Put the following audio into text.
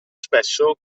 spesso